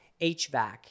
HVAC